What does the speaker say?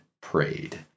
prayed